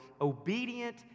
obedient